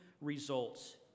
results